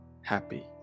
happy